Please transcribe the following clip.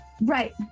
Right